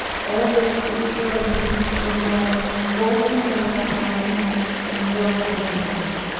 all this destroyed me the more both in my own eyes and in those of others.